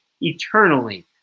eternally